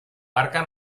barca